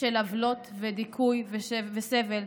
של עוולות ודיכוי וסבל,